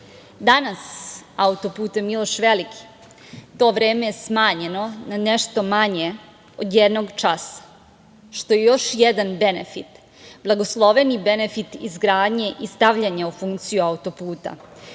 Danas auto-putem „Miloš Veliki“ to vreme je smanjeno na nešto manje od jednog časa, što je još jedan benefit, blagosloveni benefit izgradnje i stavljanja u funkciju auto-puta,